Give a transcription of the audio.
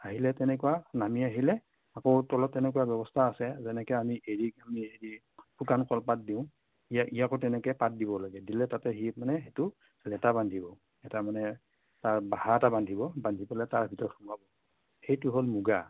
আহিলে তেনেকুৱা নামি আহিলে আকৌ তলত তেনেকুৱা ব্যৱস্থা আছে যেনেকৈ আমি এৰীক আমি হেৰি শুকান কলপাত দিওঁ ইয়াক ইয়াকো তেনেকৈ পাত দিব লাগে দিলে তাতে সি মানে সেইটো লেটা বান্ধিব লেটা মানে তাৰ বাহাঁ এটা বান্ধিব বান্ধি পেলাই তাৰ ভিতৰত সোমাব সেইটো হ'ল মুগা